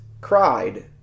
cried